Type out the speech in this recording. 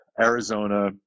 Arizona